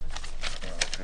לראות